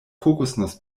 kokosnuss